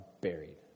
buried